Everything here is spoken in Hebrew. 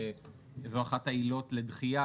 שזו אחת העילות לדחייה,